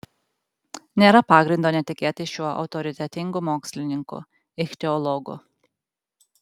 nėra pagrindo netikėti šiuo autoritetingu mokslininku ichtiologu